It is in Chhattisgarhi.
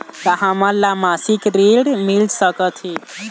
का हमन ला मासिक ऋण मिल सकथे?